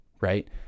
right